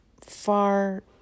far